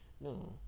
No